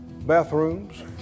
bathrooms